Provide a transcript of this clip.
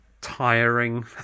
tiring